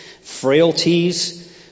frailties